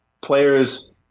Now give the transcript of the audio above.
players